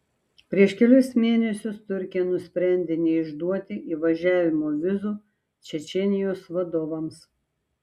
prieš kelis mėnesius turkija nusprendė neišduoti įvažiavimo vizų čečėnijos vadovams